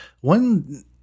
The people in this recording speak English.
one